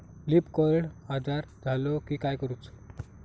Leaf curl आजार झालो की काय करूच?